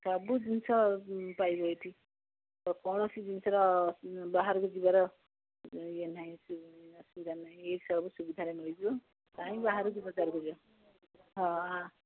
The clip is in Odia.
ସବୁ ଜିନିଷ ପାଇବ ଏଠି କୌଣସି ଜିନିଷର ବାହାରକୁ ଯିବାର ଇଏ ନାହିଁ ଅସୁବିଧା ନାହିଁ ଏଇ ସବୁ ସୁବିଧାରେ ମିଳିଯିବ କାଇଁ ବାହାରକୁ ଯିବା ହଁ ଆ